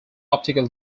optical